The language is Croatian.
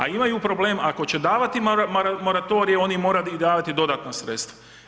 A imaju problem ako će davati moratorij oni moraju i davati i dodatna sredstva.